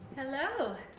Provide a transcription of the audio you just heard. hello!